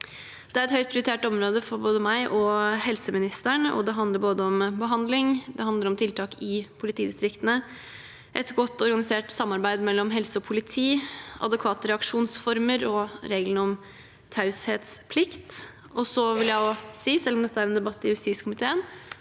Det er et høyt prioritert område for både meg og helseministeren, og det handler om både behandling, tiltak i politidistriktene, et godt organisert samarbeid mellom helse og politi, adekvate reaksjonsformer og reglene om taushetsplikt. Selv om dette er en debatt i justiskomiteen,